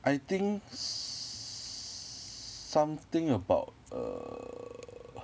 I think s~ something about err